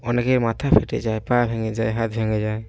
অনেকের মাথা ফেটে যায় পা ভেঙে যায় হাত ভেঙে যায়